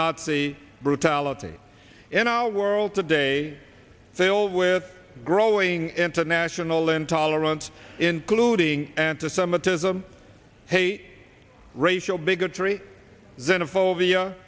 nazi brutality in our world today filled with growing international intolerance including and to some of tism hate racial bigotry xenophobia